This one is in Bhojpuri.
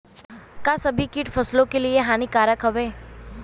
का सभी कीट फसलों के लिए हानिकारक हवें?